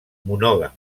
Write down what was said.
monògam